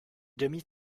demi